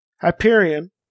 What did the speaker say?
Hyperion